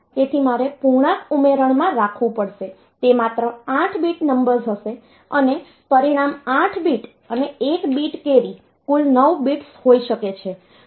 તેથી મારે પૂર્ણાંક ઉમેરણમાં રાખવું પડશે તે માત્ર 8 બીટ નંબર્સ હશે અને પરિણામ 8 બીટ અને 1 બીટ કેરી કુલ 9 બિટ્સ હોઈ શકે છે